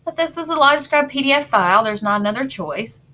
this is a livescribe pdf file there's not another choice.